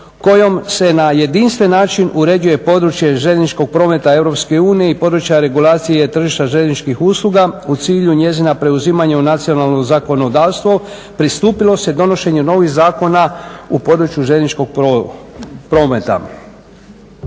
kojom se na jedinstven način uređuje područje željezničkog prometa Europske unije i područja regulacije tržišta željezničkih usluga u cilju njezina preuzimanja u nacionalno zakonodavstvo pristupilo se donošenju novih zakona u području željezničkog prometa.